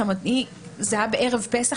זה היה בערב פסח,